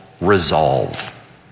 resolve